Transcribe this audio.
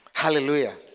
Hallelujah